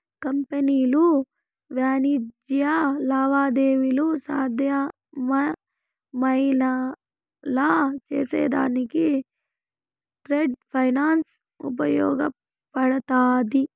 కంపెనీలు వాణిజ్య లావాదేవీలు సాధ్యమయ్యేలా చేసేదానికి ట్రేడ్ ఫైనాన్స్ ఉపయోగపడతాది